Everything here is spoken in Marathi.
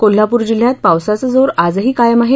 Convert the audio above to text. कोल्हापूर जिल्ह्यात पावसाचा जोर आजही कायम आहे